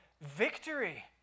victory